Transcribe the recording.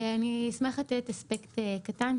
אני אשמח לתת אספקט קטן,